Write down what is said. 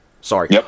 Sorry